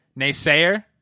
naysayer